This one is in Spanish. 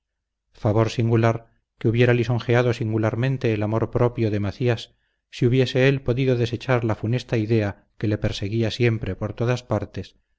favor singular que hubiera lisonjeado singularmente el amor propio de macías si hubiese él podido desechar la funesta idea que le perseguía siempre por todas partes